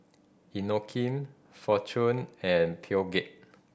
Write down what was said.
Inokim Fortune and Peugeot